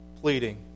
pleading